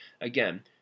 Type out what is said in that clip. again